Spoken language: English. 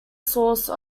source